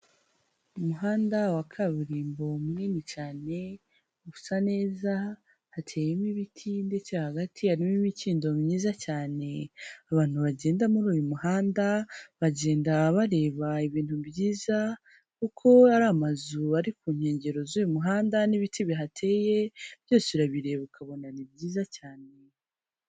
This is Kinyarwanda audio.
Umuhanda wa kaburimbo munini cyane usa neza, hateyemo ibiti ndetse hagati harimo imikindo myiza cyane, abantu bagenda muri uyu muhanda, bagenda bareba ibintu byiza kuko ari amazu ari ku nkengero z'uyu muhanda n'ibiti bihateye, byose urabireba ukabona ni byiza cyane.